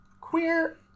queer